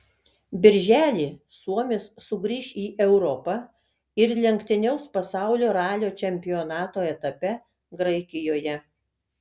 birželį suomis sugrįš į europą ir lenktyniaus pasaulio ralio čempionato etape graikijoje